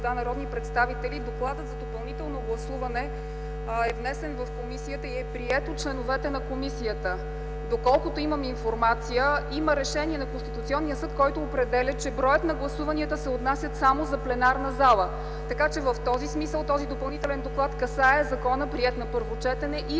Докладът за допълнително гласуване е внесен в комисията и е приет от членовете на комисията. Доколкото имам информация, има решение на Конституционния съд, който определя, че броят на гласуванията се отнася само за пленарната зала. Така че в този смисъл допълнителният доклад касае законопроекта, приет на първо четене, и